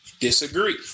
Disagree